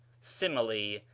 simile